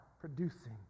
producing